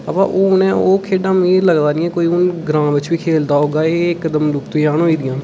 अबा ओह् हून खेढा मिगी लगदा निं ऐ कोई हून ग्राऊंड बिच बी खेढदा होगा कोई एह् इकदम लुप्त जन होई दियां न